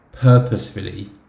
purposefully